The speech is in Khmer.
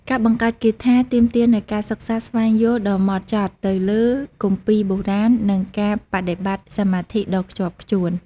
ការបង្កើតគាថាទាមទារនូវការសិក្សាស្វែងយល់ដ៏ម៉ត់ចត់ទៅលើគម្ពីរបុរាណ និងការបដិបត្តិសមាធិដ៏ខ្ជាប់ខ្ជួន។